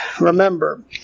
remember